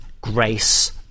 grace